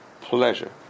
pleasure